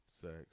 sex